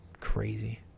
crazy